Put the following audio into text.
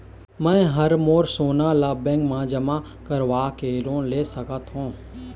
मैं हर मोर सोना ला बैंक म जमा करवाके लोन ले सकत हो?